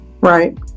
Right